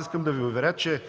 Искам да Ви уверя, че